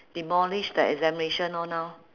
demolish the examination lor now